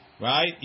right